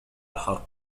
الحرب